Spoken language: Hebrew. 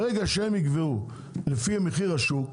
ברגע שהם יקבעו לפי מחיר השוק,